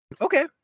Okay